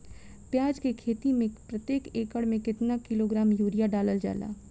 प्याज के खेती में प्रतेक एकड़ में केतना किलोग्राम यूरिया डालल जाला?